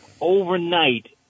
overnight